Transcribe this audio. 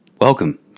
Welcome